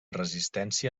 resistència